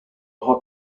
hot